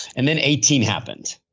and then, eighteen happened.